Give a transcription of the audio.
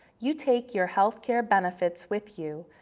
you take your healthcare benefits with you.